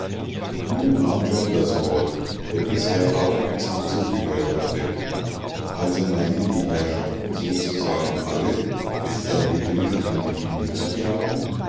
nun nahm john das wort der bisher aufmerksam zugehört hatte also meinen die herrschaften sozusagen alle es sei gebildet an die bibel zu glauben